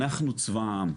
אנחנו צבא העם.